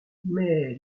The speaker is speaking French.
mais